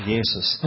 Jesus